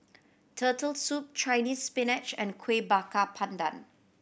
Turtle Soup Chinese Spinach and Kuih Bakar Pandan